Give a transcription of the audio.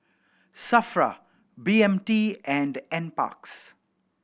SAFRA B M T and Nparks